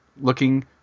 looking